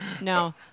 No